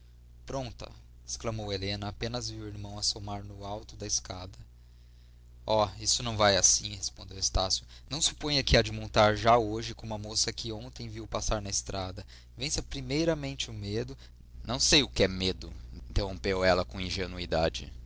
pronta exclamou helena apenas viu o irmão assomar no alto da escada oh isso não vai assim respondeu estácio não suponha que há de montar já hoje como a moça que ontem viu passar na estrada vença primeiramente o medo não sei o que é medo interrompeu ela com ingenuidade